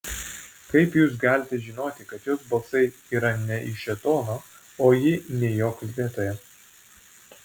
kaip jūs galite žinoti kad jos balsai yra ne iš šėtono o ji ne jo kalbėtoja